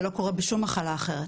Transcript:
זה לא קורה בשום מחלה אחרת.